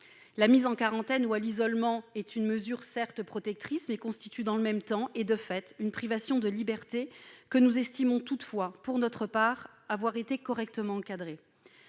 La mise en quarantaine ou à l'isolement est une mesure certes protectrice, mais elle constitue dans le même temps, et de fait, une privation de liberté que nous estimons toutefois, pour notre part, correctement encadrée.